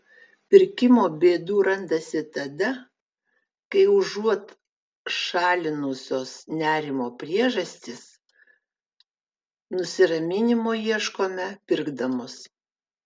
pirkimo bėdų randasi tada kai užuot šalinusios nerimo priežastis nusiraminimo ieškome pirkdamos